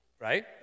right